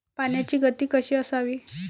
पाण्याची गती कशी असावी?